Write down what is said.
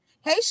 Hey